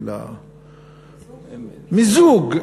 מיזוג.